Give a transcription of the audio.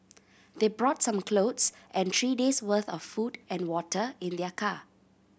they brought some clothes and three days' worth of food and water in their car